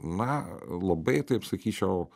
na labai taip sakyčiau